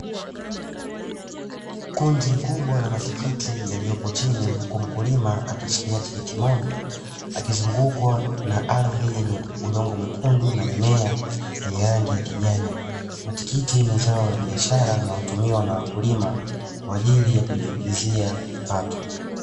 Kundi kubwa la matikiti yaliyopo chini ,huku mkulima akishikilia tikiti moja akizungukwa na ardhi yenye udongo mwekundu na mimea yenye rangi ya kijani. Matikiti ni zao biashara linalotumiwa na wakulima kwajili ya kujiingizia kipato.